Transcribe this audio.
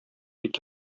бик